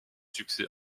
succès